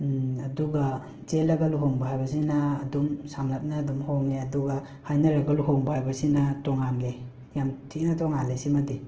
ꯑꯗꯨꯒ ꯆꯦꯜꯂꯒ ꯂꯨꯍꯣꯡꯕ ꯍꯥꯏꯕꯁꯤꯅ ꯑꯗꯨꯝ ꯁꯝꯂꯞꯅ ꯑꯗꯨꯝ ꯍꯣꯡꯉꯦ ꯑꯗꯨꯒ ꯍꯥꯏꯅꯔꯒ ꯂꯨꯍꯣꯡꯕ ꯍꯥꯏꯕꯁꯤꯅ ꯇꯣꯉꯥꯟꯂꯦ ꯌꯥꯝꯅ ꯊꯤꯅ ꯇꯣꯉꯥꯟꯂꯦ ꯁꯤꯃꯗꯤ